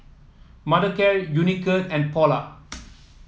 Mothercare Unicurd and Polar